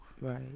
Right